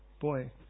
Boy